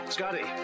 Scotty